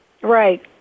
Right